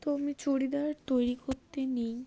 তো আমি চুড়িদার তৈরি করতে নিই